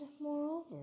moreover